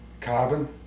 carbon